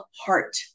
heart